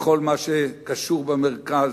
בכל מה שקשור למרכז,